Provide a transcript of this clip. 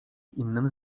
innym